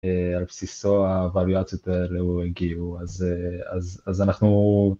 על בסיסו הוואריאציות האלו הגיעו אז אנחנו